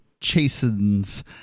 chastens